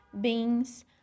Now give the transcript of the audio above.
beans